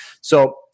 So-